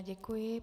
Děkuji.